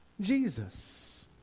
Jesus